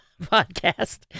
podcast